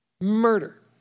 Murder